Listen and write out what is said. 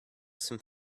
some